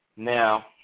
Now